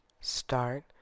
Start